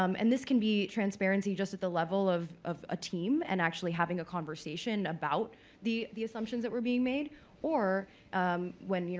um and this can be transparency just at the level of of a team and actually having a conversation about the the assumptions that were being made or when, you